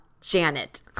Janet